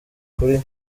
kuri